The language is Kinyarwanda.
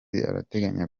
arateganya